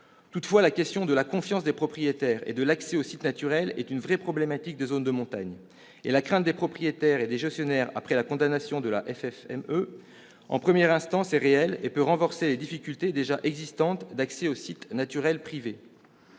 Toutefois, la question de la confiance des propriétaires et de l'accès aux sites naturels est une véritable problématique des zones de montagne et la crainte des propriétaires et des gestionnaires après la condamnation de la FFME en première instance est réelle et peut renforcer les difficultés déjà existantes d'accès aux sites naturels privés.